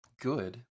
good